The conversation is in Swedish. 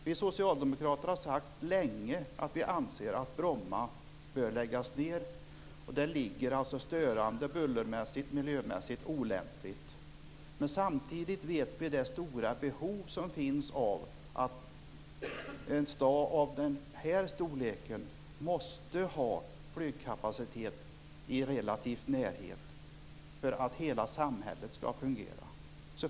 Vi socialdemokrater har länge sagt att vi anser att Bromma bör läggas ned. Flygplatsen ligger störande bullermässigt och miljömässigt olämpligt. Men samtidigt vet vi att det finns ett stort behov av att en stad av Stockholms storlek måste ha flygkapacitet i relativ närhet för att hela samhället skall fungera.